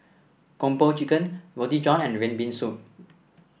Kung Po Chicken Roti John and red bean soup